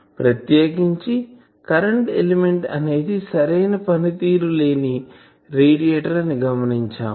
ప్రత్యేకించి current element అనేది సరైన పనితీరు లేని రేడియేటర్ అని గమనించాము